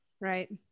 right